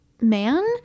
man